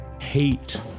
Hate